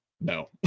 no